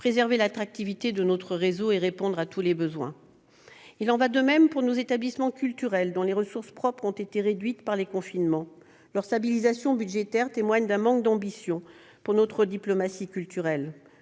préserver l'attractivité de notre réseau et de répondre à tous les besoins. Il en va de même pour nos établissements culturels, dont les ressources propres ont été réduites par les confinements. Leur stabilisation budgétaire témoigne d'un manque d'ambition pour notre diplomatie culturelle.